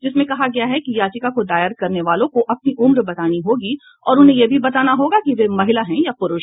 जिसमें कहा गया है कि याचिका को दायर करने वालों को अपनी उम्र बतानी होगी और उन्हें यह भी बताना होगा कि वे महिला है या पुरूष